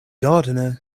gardener